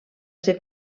ser